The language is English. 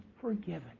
forgiven